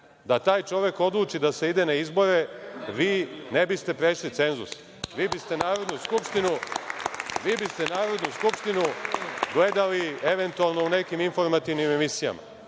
Da taj čovek odluči da se ide na izbore, vi ne biste prešli cenzus, vi bi ste Narodnu skupštinu gledali eventualno u nekim informativnim emisijama.